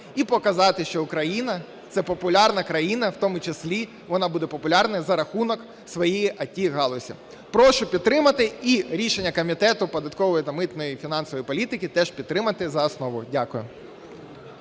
і показати, що Україна – це популярна країна, в тому числі вона буде популярна за рахунок своєї ІТ-галузі. Прошу підтримати і рішення Комітету податкової та митної, фінансової політики теж підтримати за основу. Дякую.